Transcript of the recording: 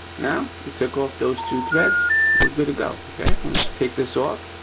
now we took off those two threads we're good to go. okay, we'll just take this off.